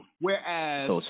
whereas